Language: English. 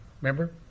Remember